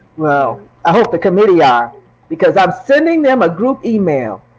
well, i hope the committee are because i'm sending them a group email,